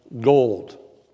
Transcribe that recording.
gold